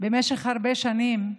במשך הרבה שנים,